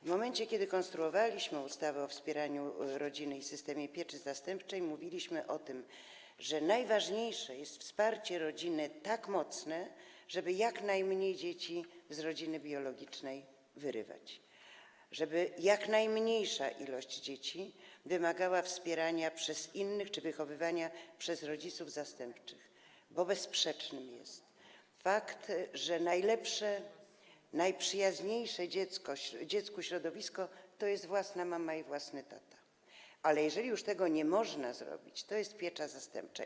W momencie, kiedy konstruowaliśmy ustawę o wspieraniu rodziny i systemie pieczy zastępczej, mówiliśmy o tym, że najważniejsze jest wsparcie rodziny tak mocne, żeby jak najmniej dzieci z rodziny biologicznej wyrywać, żeby jak najmniejsza ilość dzieci wymagała wspierania przez innych czy wychowywania przez rodziców zastępczych, bo bezsprzeczny jest fakt, że najlepsze, najprzyjaźniejsze dziecku środowisko to jest własna mama i własny tata, ale jeżeli już tego nie można zrobić, to jest piecza zastępcza.